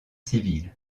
civile